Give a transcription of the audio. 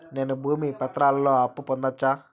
నేను భూమి పత్రాలతో అప్పు పొందొచ్చా?